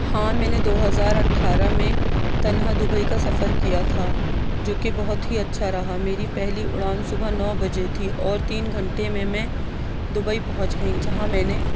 ہاں میں نے دو ہزار اٹھارہ میں تنہا دبئی کا سفر کیا تھا جو کہ بہت ہی اچھا رہا میری پہلی اڑان صبح نو بجے تھی اور تین گھنٹے میں میں دبئی پہنچ گئی جہاں میں نے